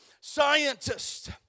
scientists